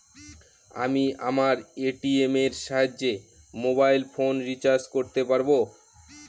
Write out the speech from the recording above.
আমি আমার এ.টি.এম এর সাহায্যে মোবাইল ফোন রিচার্জ করতে পারব?